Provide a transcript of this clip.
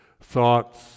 thoughts